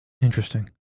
interesting